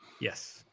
Yes